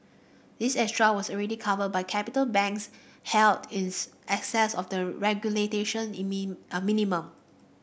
this extra was already covered by capital banks held excess of the regulation minimum